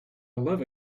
love